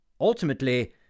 Ultimately